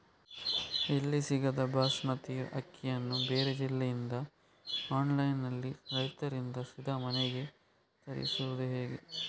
ಇಲ್ಲಿ ಸಿಗದ ಬಾಸುಮತಿ ಅಕ್ಕಿಯನ್ನು ಬೇರೆ ಜಿಲ್ಲೆ ಇಂದ ಆನ್ಲೈನ್ನಲ್ಲಿ ರೈತರಿಂದ ಸೀದಾ ಮನೆಗೆ ತರಿಸುವುದು ಹೇಗೆ?